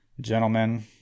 gentlemen